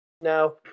Now